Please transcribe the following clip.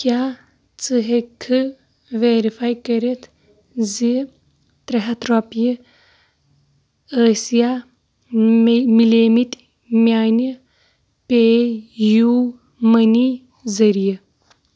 کیٛاہ ژٕ ہیٚککھہٕ ویرِفَے کٔرِتھ زِ ترٛےٚ ہَتھ رۄپیہِ ٲسِیٛا مے مِلیمٕتۍ میٛانہِ پے یوٗ مٔنی ذٔریعہٕ